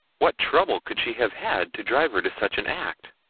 what trouble could she have had to drive her to such an act?